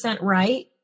right